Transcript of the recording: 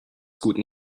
guten